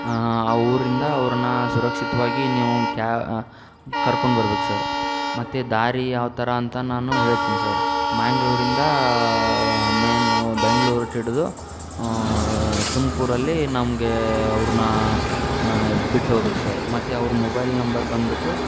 ಆ ಊರಿಂದ ಅವರನ್ನ ಸುರಕ್ಷಿತವಾಗಿ ನೀವು ಕ್ಯಾ ಕರ್ಕೊಂಡು ಬರಬೇಕು ಸರ್ ಮತ್ತು ದಾರಿ ಯಾವತರ ಅಂತ ನಾನು ಹೇಳ್ತಿನಿ ಸರ್ ಮ್ಯಾಂಗಳೂರಿನಿಂದ ಮೈನ್ ಹೋ ಬೆಂಗ್ಳೂರು ರೂಟ್ಹಿಡ್ದು ತುಮಕೂರಲ್ಲಿ ನಮಗೆ ಅವ್ರನ್ನ ಬಿಟ್ಹೋಗ್ಬೇಕು ಸರ್ ಮತ್ತು ಅವ್ರ ಮೊಬೈಲ್ ನಂಬರ್ ಬಂದುಬಿಟ್ಟು